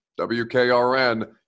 WKRN